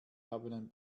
haben